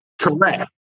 Correct